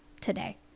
today